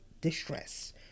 distress